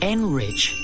Enrich